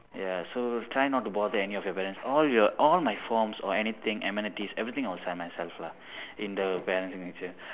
ya so try not to bother any of your parents all your all my forms or anything amenities everything I'll sign myself lah in the parent signature